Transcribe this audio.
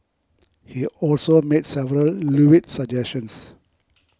he also made several lewd suggestions